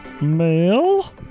Mail